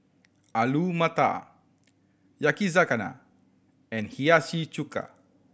Alu Matar Yakizakana and Hiyashi Chuka